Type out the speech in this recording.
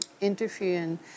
interviewing